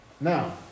Now